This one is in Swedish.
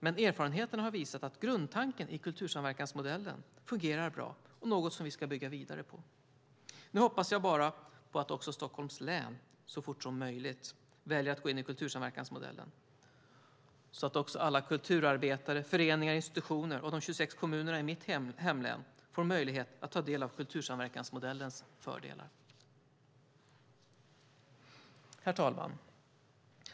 Men erfarenheterna har visat att grundtanken i kultursamverkansmodellen fungerar bra, och det är något som vi ska bygga vidare på. Nu hoppas jag bara på att också Stockholms län så fort som möjligt ska välja att gå in i kultursamverkansmodellen, så att alla kulturarbetare, föreningar, institutioner och de 26 kommunerna i mitt hemlän får möjlighet att ta del av kultursamverkansmodellens fördelar. Herr talman!